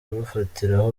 kurufatiraho